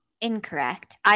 incorrect